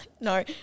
no